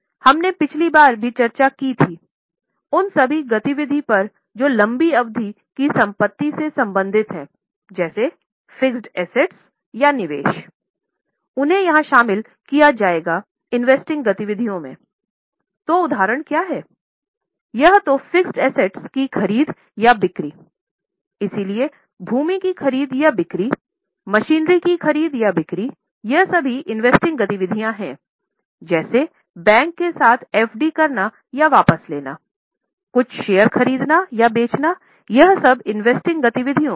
हमने पिछली बार भी चर्चा की थी उन सभी गति विधि पर जो लंबी अवधि की संपत्ति से संबंधित हैं जैसे फिक्स्ड एसेट्स गतिविधियों से संबंधित हैं